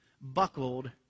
buckled